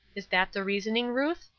is that the reasoning, ruth?